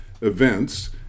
events